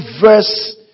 verse